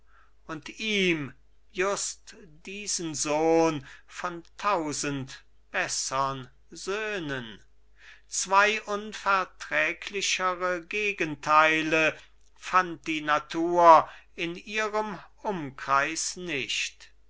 und ihm just diesen sohn von tausend bessern söhnen zwei unverträglichere gegenteile fand die natur in ihrem umkreis nicht